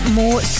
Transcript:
more